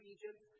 Egypt